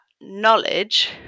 knowledge